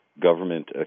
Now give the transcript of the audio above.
government